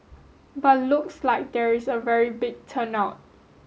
but looks like there is a very big turn out